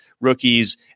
rookies